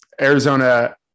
Arizona